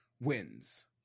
wins